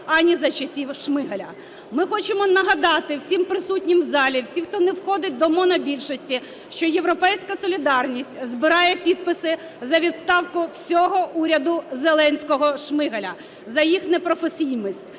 ані за часів Шмигаля. Ми хочемо нагадати всім присутнім в залі, всім, хто не входить до монобільшості, що "Європейська солідарність" збирає підписи за відставку всього уряду Зеленського-Шмигаля за їх непрофесійність,